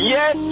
Yes